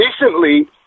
recently